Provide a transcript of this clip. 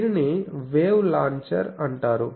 దీనిని wave launcher అంటారు